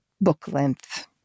book-length